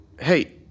Hey